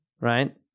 right